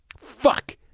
Fuck